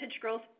growth